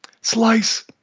Slice